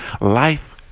Life